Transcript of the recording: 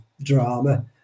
drama